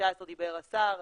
השר דיבר על צוות 19,